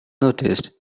noticed